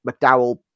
McDowell